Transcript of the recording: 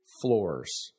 floors